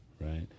right